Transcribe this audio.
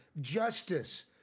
justice